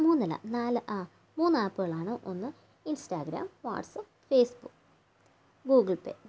മൂന്നല്ല നാലു മൂന്നാപ്പുകളാണ് ഒന്ന് ഇൻസ്റ്റാഗ്രാം വാട്സ്ആപ്പ് ഫേസ്ബുക്ക് ഗൂഗിൾ പേ